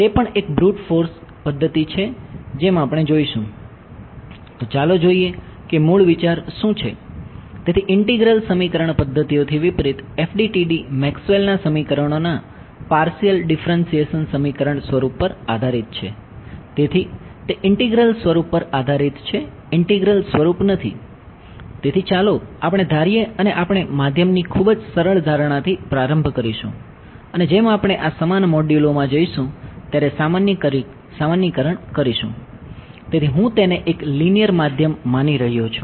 તે પણ એક બૃટ ફોર્સ માની રહ્યો છું